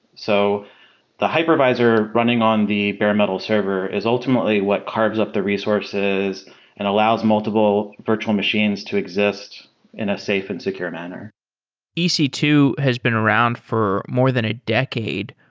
so the hypervisor running on the bare metal server is ultimately what carves up the resources and allows multiple virtual machines to exist in a safe and secure manner e c two has been around for more than a decade.